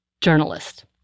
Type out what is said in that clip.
journalist